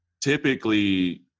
typically